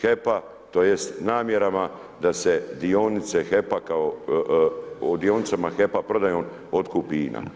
HEP-a, tj. namjerama da se dionice HEP-a kao, o dionicama HEP-a prodajom, otkupi INA.